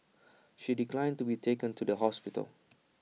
she declined to be taken to the hospital